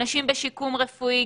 אנשים בשיקום רפואי,